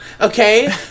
okay